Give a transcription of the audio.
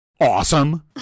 Awesome